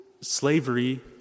slavery